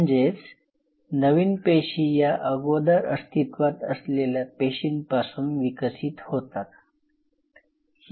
म्हणजेच नवीन पेशी या अगोदर अस्तित्वात असलेल्या पेशींपासून विकसित होतात